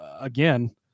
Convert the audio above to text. again